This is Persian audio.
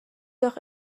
وقت